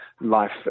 life